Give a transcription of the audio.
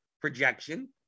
projection